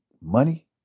money